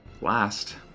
Last